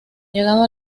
llegado